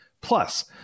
Plus